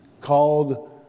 called